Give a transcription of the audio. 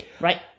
Right